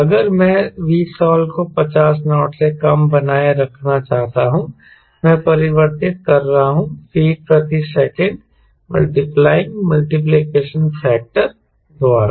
अगर मैं Vstall को 50 नॉट से कम बनाए रखना चाहता हूं मैं परिवर्तित कर रहा हूँ फीट प्रति सेकंड मल्टीप्लाइंग मल्टीप्लिकेशन फैक्टर द्वारा